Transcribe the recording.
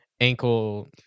ankle